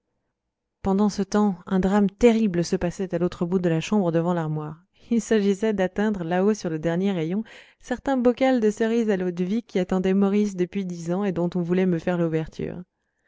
pendant ce temps un drame terrible se passait à l'autre bout de la chambre devant l'armoire il s'agissait d'atteindre là-haut sur le dernier rayon certain bocal de cerises à l'eau-de-vie qui attendait maurice depuis dix ans et dont on voulait me faire l'ouverture